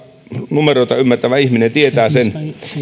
numeroita ymmärtävä ihminen tietää sen